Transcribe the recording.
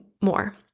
more